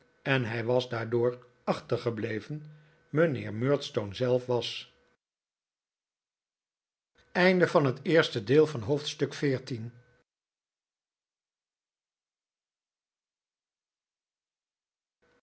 en hij was daardoor achter gebleven mijnheer murdstone zelf was